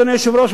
אדוני היושב-ראש,